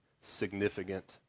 significant